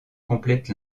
complète